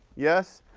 yes?